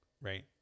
right